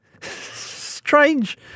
Strange